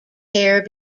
care